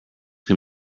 can